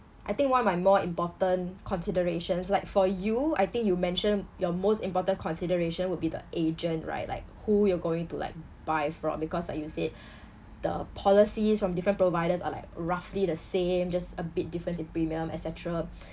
I think one of my more important considerations like for you I think you mentioned your most important consideration will be the agent right like who you're going to like buy from because like you said the policies from different providers are like roughly the same just a bit different in premium etcetra